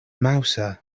mouser